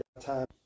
time